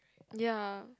ya